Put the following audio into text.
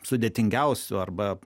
sudėtingiausių arba